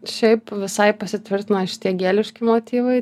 šiaip visai pasitvirtino šitie geliški motyvai